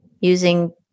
using